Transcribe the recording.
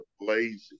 lazy